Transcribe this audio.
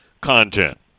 content